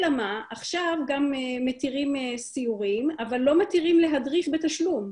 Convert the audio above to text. מה שקורה זה שעכשיו מתירים סיורים אבל לא מתירים להדריך בתשלום.